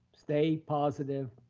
stay positive,